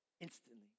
instantly